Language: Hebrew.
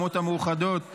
מגיע לוועדה ושם אנחנו דנים,